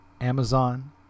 Amazon